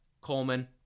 Coleman